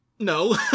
no